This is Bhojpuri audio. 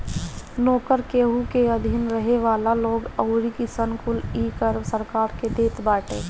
नोकर, केहू के अधीन रहे वाला लोग अउरी किसान कुल इ कर सरकार के देत बाटे